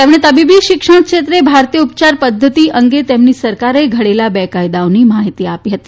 તેમણે તબીબી શિક્ષણ ક્ષેત્રે ભારતીય ઉપયાર પદ્વતિ અંગે તેમની સરકારે ઘડેલા બે કાયદાઓની માહિતી આપી હતી